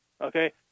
Okay